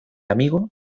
amigo